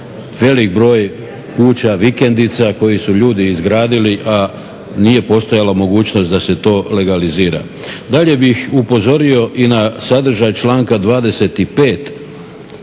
velik broj kuća, vikendica koje su ljudi izgradili, a nije postojala mogućnost da se to legalizira. Dalje bih upozorio i na sadržaj članka 25.